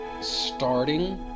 starting